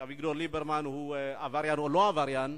אביגדור ליברמן הוא עבריין או לא עבריין,